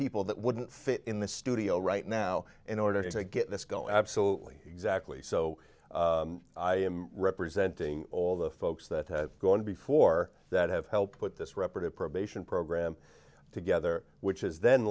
people that wouldn't fit in the studio right now in order to get this go absolutely exactly so i am representing all the folks that have gone before that have helped put this reparative probation program together which is then